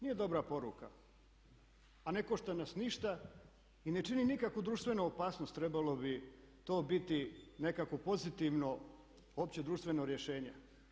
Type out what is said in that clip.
Nije dobra poruka a ne košta nas ništa i ne čini nikakvu društvenu opasnost, trebalo bi to biti nekako pozitivno, opće društveno rješenje.